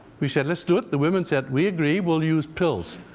we said let's do it. the women said we agree, we'll use pills.